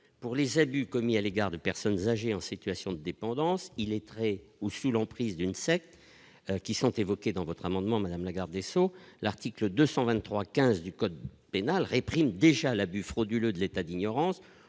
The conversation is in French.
pour les abus commis à l'égard de personnes âgées en situation de dépendance illettrés ou sous l'emprise d'une secte qui sont évoqués dans votre amendement madame la garde des Sceaux, l'article 223 15 du code pénal réprime déjà l'abus frauduleux de l'état d'ignorance